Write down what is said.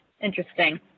Interesting